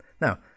now